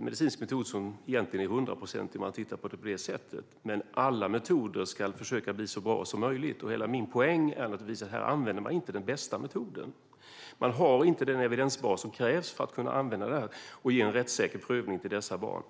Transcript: medicinsk metod som är hundraprocentig sett på det sättet, men alla metoder ska bli så bra som möjligt. Hela min poäng är att här använder man inte den bästa metoden. Där finns inte den evidensbas som krävs för att använda metoden och ge dessa barn en rättssäker prövning.